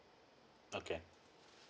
okay